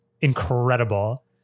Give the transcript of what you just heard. incredible